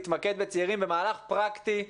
תתמקד בצעירים במהלך פרקטי,